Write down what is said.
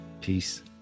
Peace